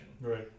right